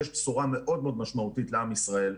שיש בשורה מאוד מאוד משמעותית לעם ישראל.